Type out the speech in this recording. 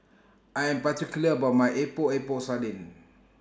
I Am particular about My Epok Epok Sardin